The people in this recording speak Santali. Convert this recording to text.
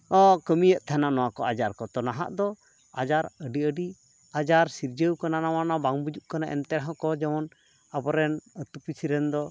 ᱠᱚ ᱠᱟᱹᱢᱤᱭᱮᱫ ᱛᱟᱦᱮᱱᱟ ᱚᱱᱟ ᱠᱚ ᱟᱡᱟᱨ ᱫᱚ ᱛᱚ ᱱᱟᱦᱟᱜ ᱫᱚ ᱟᱡᱟᱨ ᱟᱹᱰᱤ ᱟᱹᱰᱤ ᱟᱡᱟᱨ ᱥᱤᱨᱡᱟᱹᱣ ᱠᱟᱱᱟ ᱱᱟᱣᱟ ᱱᱟᱣᱟ ᱵᱟᱝ ᱵᱩᱡᱩᱜ ᱠᱟᱱᱟ ᱮᱱᱛᱮ ᱨᱮᱦᱚᱸ ᱠᱚ ᱡᱮᱢᱚᱱ ᱟᱵᱚᱨᱮᱱ ᱟᱹᱛᱩ ᱯᱤᱪᱷᱤ ᱨᱮᱱ ᱫᱚ